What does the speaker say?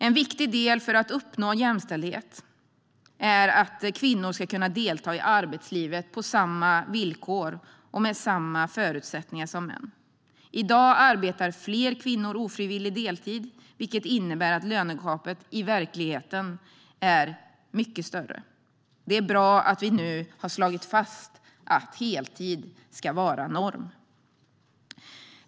En viktig del för att man ska uppnå jämställdhet är att kvinnor ska kunna delta i arbetslivet på samma villkor och med samma förutsättningar som män. I dag arbetar fler kvinnor ofrivillig deltid, vilket innebär att lönegapet i verkligheten är mycket större. Det är bra att vi nu har slagit fast att heltid ska vara norm.